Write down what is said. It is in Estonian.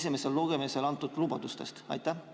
esimesel lugemisel antud lubadustest? Aitäh,